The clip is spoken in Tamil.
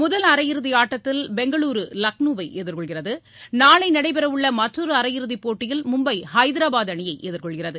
முதல் அரையிறுதி ஆட்டத்தில் பெங்களுரு லக்னோவை எதிர்கொள்கிறது நாளை நடைபெறவுள்ள மற்றொரு அரையிறுதி போட்டியில் மும்பை ஐதராபாத் அணியை எதிர்கொள்கிறது